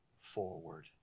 forward